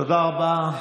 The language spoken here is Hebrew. תודה רבה.